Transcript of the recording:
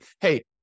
hey